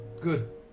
Good